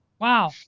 Wow